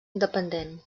independent